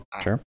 sure